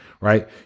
right